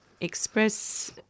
express